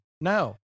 no